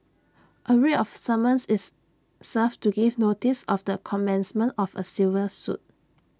A writ of summons is served to give notice of the commencement of A civil suit